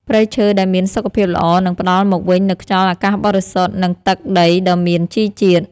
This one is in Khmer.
ព្រៃឈើដែលមានសុខភាពល្អនឹងផ្តល់មកវិញនូវខ្យល់អាកាសបរិសុទ្ធ និងទឹកដីដ៏មានជីជាតិ។